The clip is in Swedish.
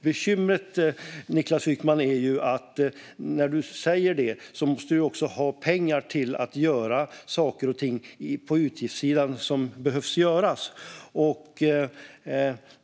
Problemet är att de också måste få in pengar till det som behöver göras.